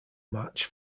match